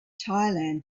thailand